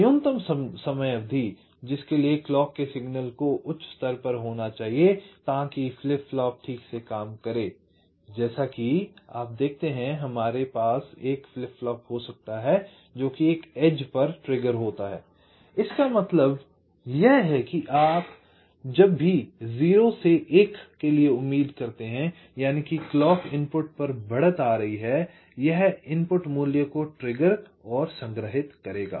न्यूनतम समय अवधि जिसके लिए क्लॉक के सिग्नल को उच्च होना चाहिए ताकि फ्लिप फ्लॉप ठीक से काम करे जैसे कि आप देखते हैं आपके पास एक फ्लिप फ्लॉप हो सकता है जो कि एज पर ट्रिगर होता है इसका मतलब है कि आप जब भी 0 से 1 के लिए उम्मीद करते हैं यानि कि क्लॉक इनपुट पर बढ़त आ रही है यह इनपुट मूल्य को ट्रिगर और संग्रहित करेगा